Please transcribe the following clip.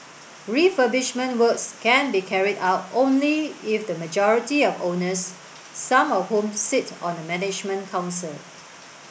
refurbishment works can be carried out only if the majority of owners some of whom sit on the management council